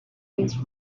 these